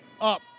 Up